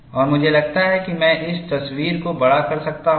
और मुझे लगता है कि मैं इस तस्वीर को बड़ा कर सकता हूं